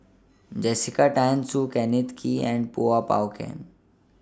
Jessica Tan Soon Kenneth Kee and Kuo Pao Kun